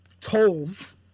Tolls